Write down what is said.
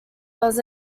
was